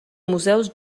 museus